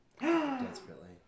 Desperately